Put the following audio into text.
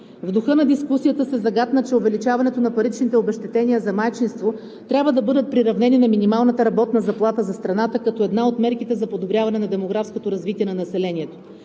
В духа на дискусията се загатна, че увеличаването на паричните обезщетения за майчинство трябва да бъде приравнено на минималната работна заплата за страната като една от мерките за подобряване на демографското развитие на населението.